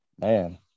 man